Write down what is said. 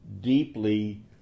deeply